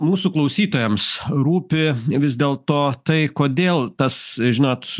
mūsų klausytojams rūpi vis dėl to tai kodėl tas žinot